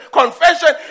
confession